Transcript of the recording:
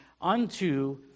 unto